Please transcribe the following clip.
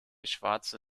schwarze